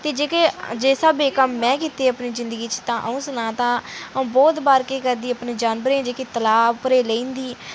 ते जिस स्हाबै दे कम्म में कीते दे अपनी जिंदगी च तां अ'ऊं सनां तां अ'ऊं बहुत बार अपने जानवरें गी तलाऽ पर लेई जंदी